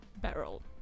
barrel